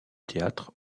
théâtre